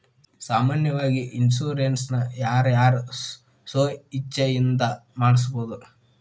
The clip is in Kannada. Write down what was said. ಸಾಮಾನ್ಯಾವಾಗಿ ಇನ್ಸುರೆನ್ಸ್ ನ ಯಾರ್ ಯಾರ್ ಸ್ವ ಇಛ್ಛೆಇಂದಾ ಮಾಡ್ಸಬೊದು?